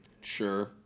Sure